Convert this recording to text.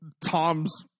Tom's